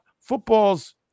football's